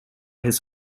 his